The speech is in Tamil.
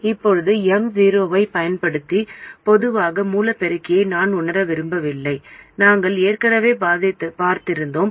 இப்போது M0 ஐப் பயன்படுத்தி பொதுவான மூல பெருக்கியை நான் உணர விரும்பவில்லை நாங்கள் ஏற்கனவே பார்த்திருக்கிறோம்